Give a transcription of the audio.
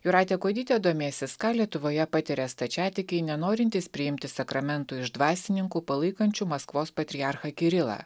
jūratė kuodytė domėsis ką lietuvoje patiria stačiatikiai nenorintys priimti sakramentų iš dvasininkų palaikančių maskvos patriarchą kirilą